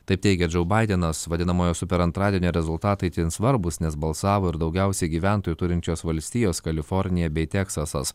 taip teigia džou baidenas vadinamojo super antradienio rezultatai itin svarbūs nes balsavo ir daugiausiai gyventojų turinčios valstijos kalifornija bei teksasas